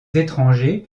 étrangers